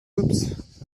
oops